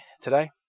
today